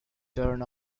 turn